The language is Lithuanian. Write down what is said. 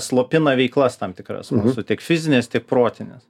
slopina veiklas tam tikras mūsų tiek fizines tiek protines